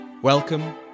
Welcome